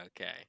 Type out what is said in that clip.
okay